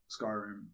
Skyrim